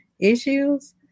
issues